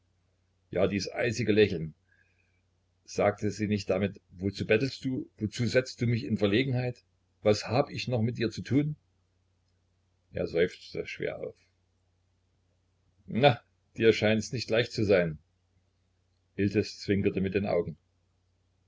ja dies eisige lächeln sagte sie nicht damit wozu bettelst du wozu setzt du mich in verlegenheit was hab ich noch mit dir zu tun er seufzte schwer auf na dir scheints nicht leicht zu sein iltis zwinkerte mit den augen